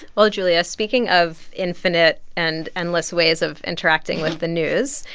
well, julia, speaking of infinite and endless ways of interacting with the news,